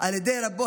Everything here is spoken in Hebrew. על ידי רבו,